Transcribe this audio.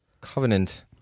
covenant